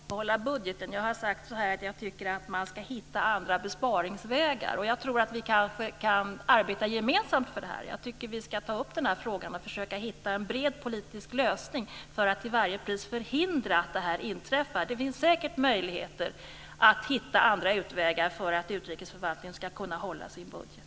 Fru talman! Jag har inte sagt att man inte ska hålla budgeten. Jag har sagt att jag tycker att man ska hitta andra besparingsvägar. Jag tror att vi kanske kan arbeta gemensamt för det här. Jag tycker att vi ska ta upp den här frågan och försöka hitta en bred politisk lösning för att till varje pris förhindra att det här inträffar. Det finns säkert möjligheter att hitta andra utvägar för att utrikesförvaltningen ska kunna hålla sin budget.